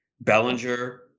Bellinger